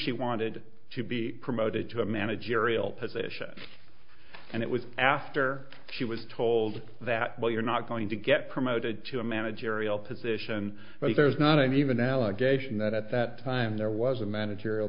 she wanted to be promoted to a managerial position and it was after she was told that well you're not going to get promoted to a managerial position there's not even allegation that at that time there was a managerial